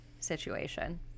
Situation